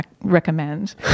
recommend